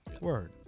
word